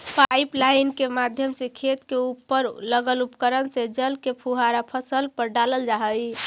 pipeline के माध्यम से खेत के उपर लगल उपकरण से जल के फुहारा फसल पर डालल जा हइ